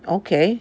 okay